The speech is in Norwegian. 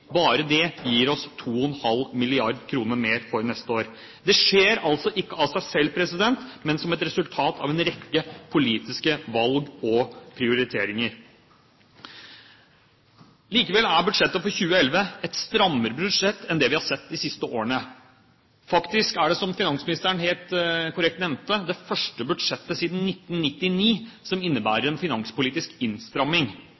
Bare det gir oss 2 ½ mrd. kr mer for neste år. Det skjer altså ikke av seg selv, men som et resultat av en rekke politiske valg og prioriteringer. Likevel er budsjettet for 2011 et strammere budsjett enn det vi har sett de siste årene. Faktisk er det, som finansministeren helt korrekt nevnte, det første budsjettet siden 1999 som